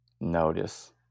notice